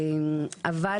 אבל,